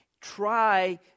Try